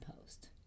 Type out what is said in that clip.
post